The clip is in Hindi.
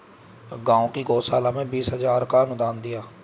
गांव की गौशाला में बीस हजार का अनुदान दिया